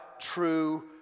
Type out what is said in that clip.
true